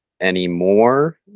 anymore